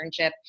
internship